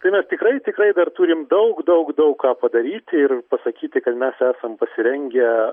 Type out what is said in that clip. tai mes tikrai tikrai dar turim daug daug daug ką padaryti ir pasakyti kad mes esam pasirengę